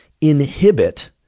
inhibit